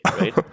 right